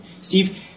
Steve